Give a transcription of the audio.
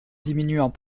diminuant